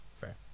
fair